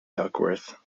duckworth